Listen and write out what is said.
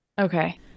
Okay